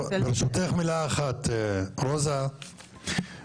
שצריך עוד תוכנית לאיחוד וחלוקה על מנת להוציא היתרים.